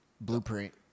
Blueprint